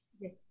Yes